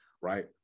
right